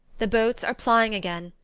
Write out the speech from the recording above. the boats are plying again,